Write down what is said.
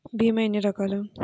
భీమ ఎన్ని రకాలు?